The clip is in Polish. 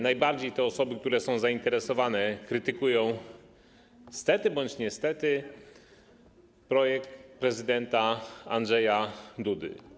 Najbardziej te osoby, które są zainteresowane, krytykują, stety bądź niestety, projekt prezydenta Andrzeja Dudy.